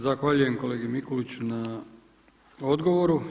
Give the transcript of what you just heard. Zahvaljujem kolegi Mikuliću na odgovoru.